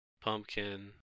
pumpkin